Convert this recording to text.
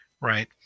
right